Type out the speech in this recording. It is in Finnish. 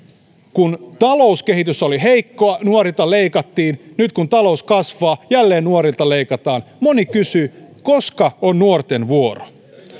kun talouskehitys oli heikkoa nuorilta leikattiin nyt kun talous kasvaa jälleen nuorilta leikataan moni kysyy koska on nuorten vuoro